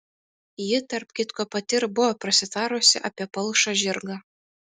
ji tarp kitko pati ir buvo prasitarusi apie palšą žirgą